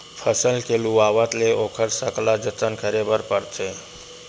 फसल के लुवावत ले ओखर सकला जतन करे बर परथे